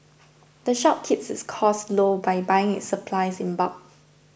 the shop keeps its costs low by buying its supplies in bulk